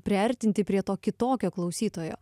priartinti prie to kitokio klausytojo